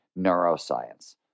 neuroscience